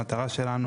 המטרה שלנו